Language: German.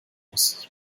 muss